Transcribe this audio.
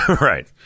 Right